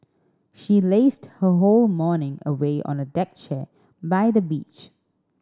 she lazed her whole morning away on a deck chair by the beach